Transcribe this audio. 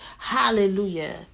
Hallelujah